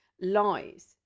lies